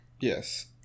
Yes